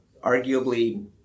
arguably